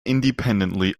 independently